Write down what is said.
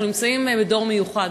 אנחנו נמצאים בדור מיוחד,